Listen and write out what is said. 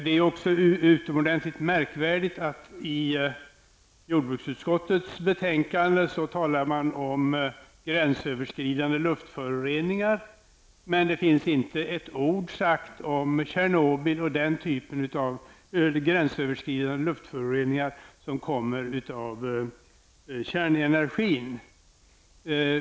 Det är också utomordentligt märkvärdigt att man i jordbruksutskottets betänkande talar om gränsöverskridande luftföroreningar, men det finns inte ett ord nämnt om utsläppen från Tjernobyl och den typ av gränsöverskridande luftföroreningar som kommer av kärnenergin.